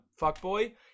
fuckboy